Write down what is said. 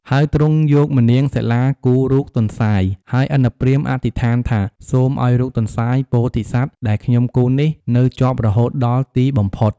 ហើយទ្រង់យកម្នាងសិលាគូររូបទន្សាយ ហើយឥន្ទព្រាហ្មណ៍អធិដ្ឋានថាសូមឲ្យរូបទន្សាយពោធិសត្វដែលខ្ញុំគូរនេះនៅជាប់រហូតដល់ទីបំផុត។